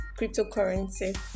cryptocurrency